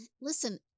listen